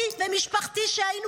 אני ומשפחתי, שהיינו